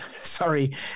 Sorry